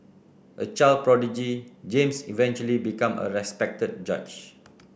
a child prodigy James eventually become a respected judge